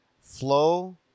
flow